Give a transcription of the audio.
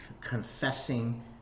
confessing